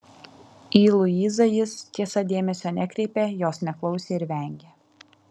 į luizą jis tiesa dėmesio nekreipė jos neklausė ir vengė